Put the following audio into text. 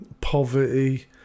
poverty